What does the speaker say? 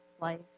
life